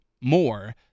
more